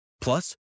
Plus